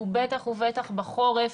ובטח ובטח בחורף,